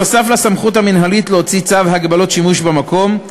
נוסף על הסמכות המינהלית להוציא צו הגבלת שימוש במקום,